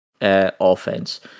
offense